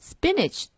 Spinach